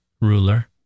ruler